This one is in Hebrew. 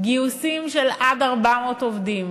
גיוסים של עד 400 עובדים,